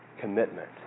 commitment